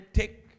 take